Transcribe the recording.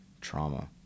trauma